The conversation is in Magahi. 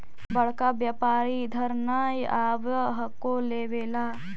बड़का व्यापारि इधर नय आब हको लेबे ला?